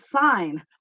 sign